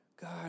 God